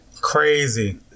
Crazy